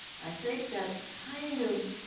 i think that's kind of